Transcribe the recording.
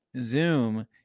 zoom